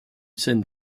scène